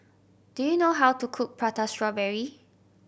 do you know how to cook Prata Strawberry